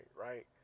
right